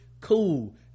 cool